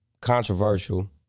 controversial